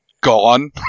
gone